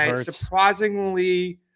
Surprisingly